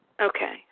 Okay